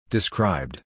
Described